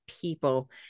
people